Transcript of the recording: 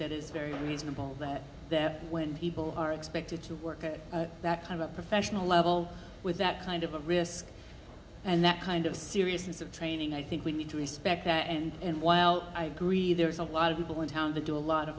that is very reasonable that that when people are expected to work at that kind of professional level with that kind of a risk and that kind of seriousness of training i think we need to respect that and and while i agree there is a lot of people in town to do a lot of